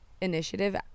initiative